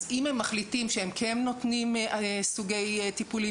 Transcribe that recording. אז אם הם מחליטים שהם כן נותנים סוגי טיפולים